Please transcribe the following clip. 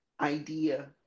Idea